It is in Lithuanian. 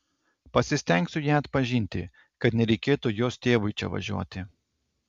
pasistengsiu ją atpažinti kad nereikėtų jos tėvui čia važiuoti